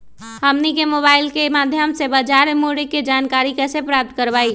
हमनी के मोबाइल के माध्यम से बाजार मूल्य के जानकारी कैसे प्राप्त करवाई?